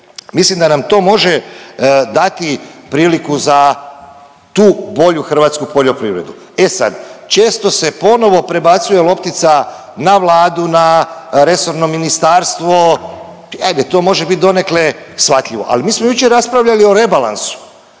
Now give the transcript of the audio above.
mislim da nam to može dati priliku za tu bolju hrvatsku poljoprivredu. E sad, često se ponovo prebacuje loptica na Vladu, na resorno ministarstvo, ajde, to može biti donekle shvatljivo, ali mi smo jučer raspravljali o rebalansu